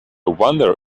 wonder